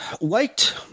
liked